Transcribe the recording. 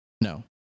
no